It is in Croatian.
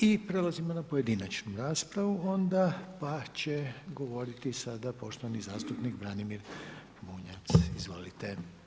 I prelazimo na pojedinačnu raspravu onda, pa će govoriti sada poštovani zastupnik Branimir Bunjac, izvolite.